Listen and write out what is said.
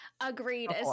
Agreed